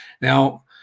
Now